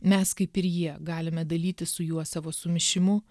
mes kaip ir jie galime dalytis su juo savo sumišimu